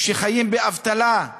חיים באבטלה?